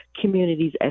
communities